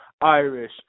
Irish